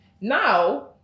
Now